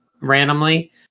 randomly